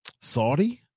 Saudi